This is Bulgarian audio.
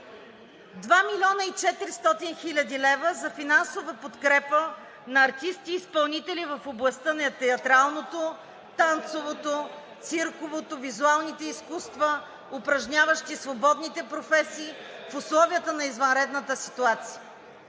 2 млн. 400 хил. лв. са за финансова подкрепа на артисти и изпълнители в областта на театралното, танцовото, цирковото и визуалните изкуства, упражняващи свободни професии в условията на извънредната ситуация.